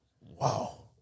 Wow